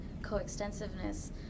coextensiveness